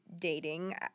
dating